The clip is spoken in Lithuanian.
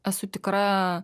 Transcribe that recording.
esu tikra